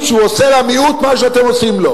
שהוא עושה למיעוט מה שאתם עושים לו.